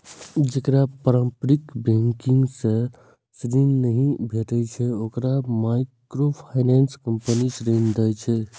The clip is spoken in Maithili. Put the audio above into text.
जेकरा पारंपरिक बैंकिंग सं ऋण नहि भेटै छै, ओकरा माइक्रोफाइनेंस कंपनी ऋण दै छै